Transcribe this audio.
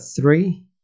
three